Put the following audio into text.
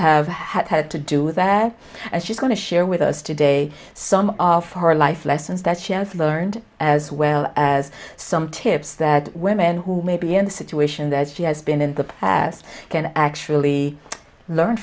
have had to do with that and she's going to share with us today some of her life lessons that she has learned as well as some tips that women who maybe in the situation that she has been in the past can actually learn